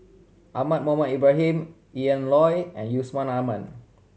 Ahmad Mohamed Ibrahim Ian Loy and Yusman Aman